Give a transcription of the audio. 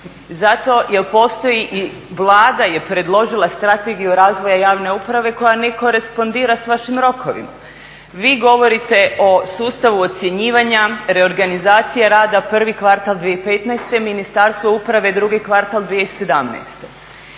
zato jel postoji i Vlada je predložila Strategiju razvoja javne uprave koja nekorenspondira sa vašim rokovima. Vi govorite o sustavu ocjenjivanja, reorganizacije rada prvi kvartal 2015. Ministarstvo uprav drugi kvartal 2017.